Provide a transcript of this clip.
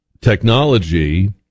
technology